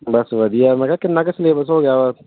ਬਸ ਵਧੀਆ ਮੈਂ ਕਿਹਾ ਕਿੰਨਾ ਕੁ ਸਿਲੇਬਸ ਹੋ ਗਿਆ ਵਾ